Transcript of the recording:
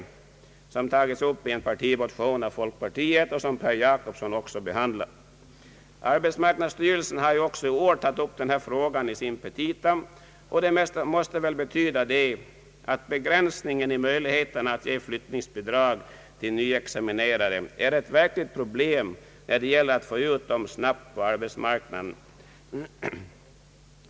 Frågan har behandlats i en partimotion av folkpartiet och berörts även av herr Per Jacobsson. Arbetsmarknadsstyrelsen har ju också i år tagit upp den här frågan i sina petita, och det måste väl betyda att begränsningen i möjligheterna att ge flyttningsbidrag till nyexaminerade är ett verkligt problem när det gäller att snabbt få ut dessa på arbetsmarknaden.